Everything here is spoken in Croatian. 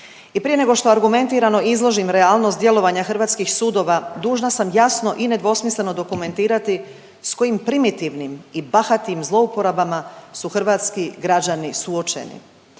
I prije nego što argumentirano izložim realnost djelovanja hrvatskih sudova, dužna sam jasno i nedvosmisleno dokumentirati s kojim primitivnim i bahatim zlouporabama su hrvatski građani suočeni.